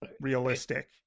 realistic